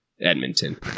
Edmonton